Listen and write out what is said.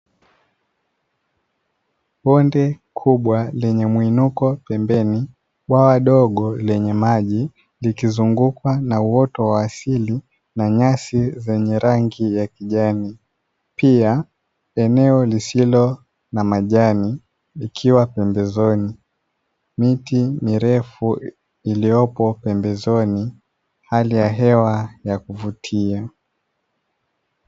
Bonde kubwa lenye muinuko pembeni, bwawa dogo lenye maji likizungukwa na uoto wa asili na nyasi zeye rangi ya kijani pia eneo lisilo na majani likiwa pembezoni. Miti mirefu iliyopo pembezoni hali ya hewa ya kuvutia.